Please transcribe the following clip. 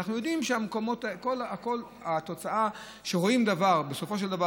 אנחנו יודעים שהתוצאה היא שבסופו של דבר